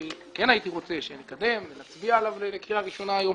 אני כן הייתי רוצה שנקדם ונצביע עליו בקריאה ראשונה היום,